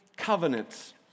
covenants